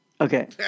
Okay